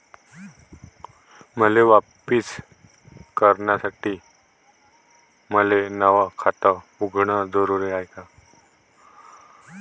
कर्ज वापिस करासाठी मले नव खात उघडन जरुरी हाय का?